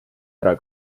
ära